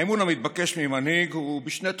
האמון המתבקש ממנהיג הוא בשני תחומים: